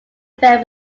affair